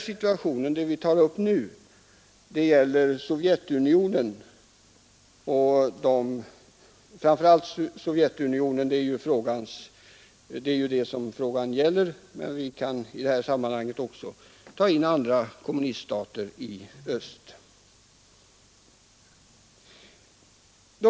Vad vi nu tar upp gäller framför allt förtrycket i Sovjetunionen — det är ju detta land frågan avser men vi kan i detta sammanhang också inbegripa situationen i andra kommuniststater i öst.